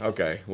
Okay